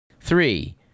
Three